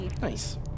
nice